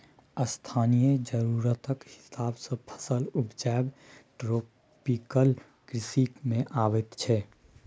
स्थानीय जरुरतक हिसाब सँ फसल उपजाएब ट्रोपिकल कृषि मे अबैत छै